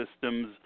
systems